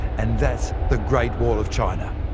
and that's the great wall of china!